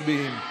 מצביעים.